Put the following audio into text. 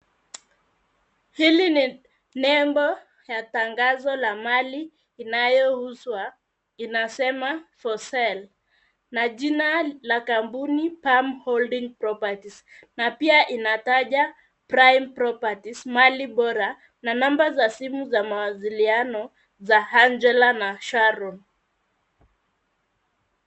Hili ni nembo ya tangazo la mali inayouzwa. Inasema for sale na jina la kampuni PAM GOLDMINE PROPERTIES na pia inataja Prime Properties mahali bora na namba za simu za mawasiliano za Angela na Sharon.